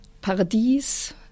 Paradies